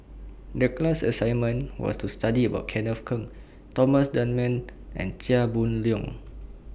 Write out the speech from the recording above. The class assignment was to study about Kenneth Keng Thomas Dunman and Chia Boon Leong